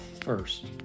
first